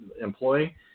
employee